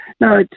no